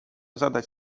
zadać